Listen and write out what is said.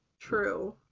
True